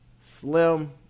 slim